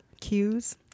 cues